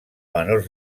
menors